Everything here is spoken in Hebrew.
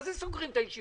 מה זה לסגור את הישיבות?